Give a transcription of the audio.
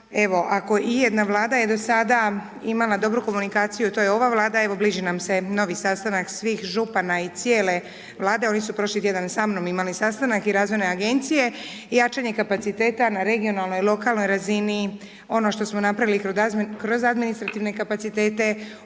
ako ijedna Vlada je do sada imala dobru komunikaciju, to je ova Vlada, evo bliži nam se novi sastanak svih župana i cijele Vlade, oni su prošli tjedan sa mnom imali sastanak i razvojne agencije, jačanje kapaciteta na regionalnoj, lokalnoj razini, ono što smo napravili kroz administrativne kapacitete.